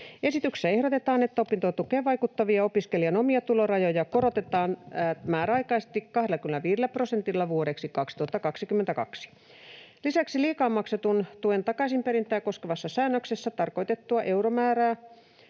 Esityksessä ehdotetaan, että opintotukeen vaikuttavia opiskelijan omia tulorajoja korotetaan määräaikaisesti 25 prosentilla vuodeksi 2022. Lisäksi liikaa maksetun tuen takaisinperintää koskevassa säännöksessä tarkoitettuja euromääriä,